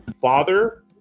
father